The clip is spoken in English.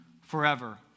forever